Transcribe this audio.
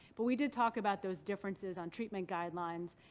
but we did talk about those differences on treatment guidelines,